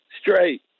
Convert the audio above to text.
straight